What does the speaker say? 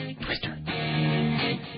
Twister